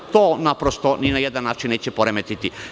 To ni na jedan način neće poremetiti.